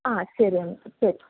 ആ ശരി എന്നാൽ ശരി